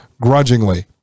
grudgingly